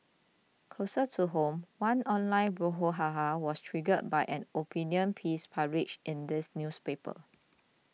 closer to home one online brouhaha was triggered by an opinion piece published in this newspaper